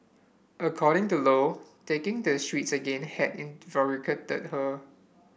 according to Lo taking to the streets again had invigorated her